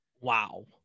Wow